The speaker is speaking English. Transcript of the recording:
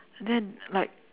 then like